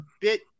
bit